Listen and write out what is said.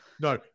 no